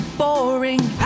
boring